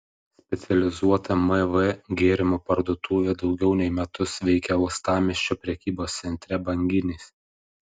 specializuota mv gėrimų parduotuvė daugiau nei metus veikia uostamiesčio prekybos centre banginis